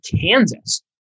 Kansas